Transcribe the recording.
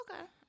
Okay